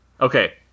Okay